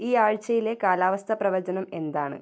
ഈ ആഴ്ചയിലെ കാലാവസ്ഥ പ്രവചനം എന്താണ്